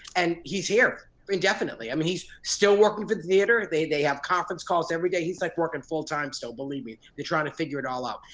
and he's here indefinitely. i mean, he's still working for the theater. they they have conference calls every day. he's like working full time. so, believe me, they're trying to figure it all out.